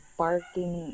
parking